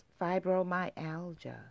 fibromyalgia